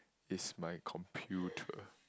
is my computer